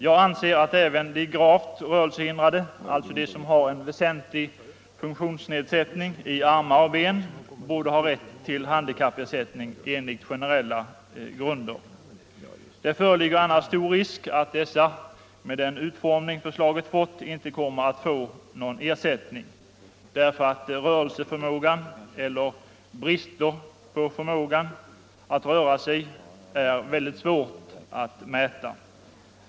Jag anser 109 att även de gravt rörelsehindrade, alltså de som har en väsentlig funktionsnedsättning i armar och ben, borde ha rätt till handikappersättning enligt generella regler. Det föreligger annars stor risk att dessa, med den utformning som förslaget har fått, inte kommer att få någon ersättning, eftersom brister i förmågan att röra sig är väldigt svåra att mäta.